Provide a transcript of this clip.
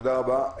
תודה רבה.